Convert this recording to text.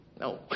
No